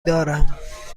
دارم